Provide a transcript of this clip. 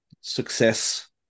success